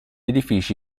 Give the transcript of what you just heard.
edifici